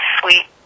sweet